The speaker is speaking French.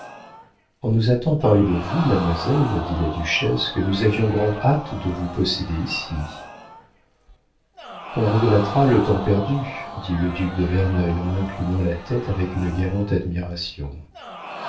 on nous a tant parlé de vous mademoiselle dit la duchesse que nous avions grand'hâte de vous posséder ici on regrettera le temps perdu dit le duc de verneuil en inclinant la tête avec une galante admiration